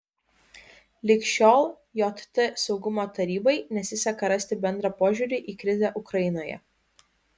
lig šiol jt saugumo tarybai nesiseka rasti bendrą požiūrį į krizę ukrainoje